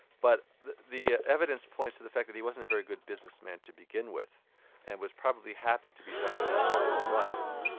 but the the evidence points to the fact that he wasn't a very good businessman to begin with and was probably happy to be done with that part of his life.